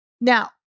Now